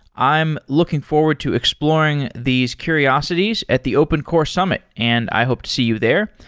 i am looking forward to exploring these curiosities at the open core summit, and i hope to see you there.